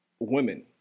Women